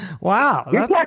Wow